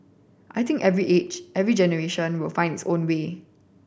I think every age every generation will find its own way